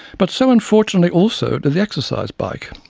but so, unfortunately, also did the exercise bike.